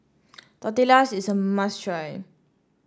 tortillas is a must try